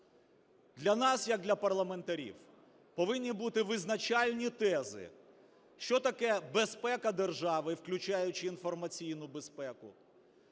Для нас як для парламентарів повинні бути визначальні тези: що таке безпека держави, включаючи інформаційну безпеку;